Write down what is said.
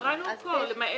קראנו הכל.